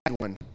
one